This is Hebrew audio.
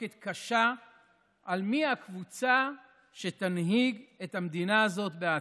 מחלוקת קשה מיהי הקבוצה שתנהיג את המדינה הזאת בעתיד: